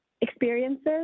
experiences